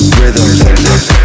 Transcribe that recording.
rhythms